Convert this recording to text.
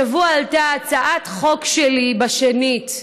השבוע עלתה הצעת חוק שלי בשנית,